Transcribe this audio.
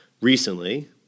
Recently